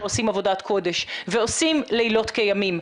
עושים עבודת קודש ועושים לילות כימים,